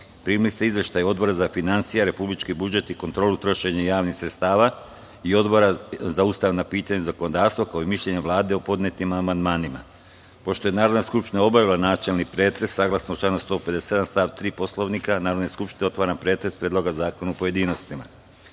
ste izveštaje Odbora za finansije, republički budžet i kontrolu trošenja javnih sredstava i Odbora za ustavna pitanja i zakonodavstvo, kao i mišljenje Vlade o podnetim amandmanima. Pošto je Narodna skupština obavila načelni pretres, saglasno članu 157. stav 3. Poslovnika Narodne skupštine, otvaram pretres predloga zakona u pojedinostima. Na